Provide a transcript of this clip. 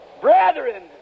Brethren